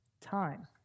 time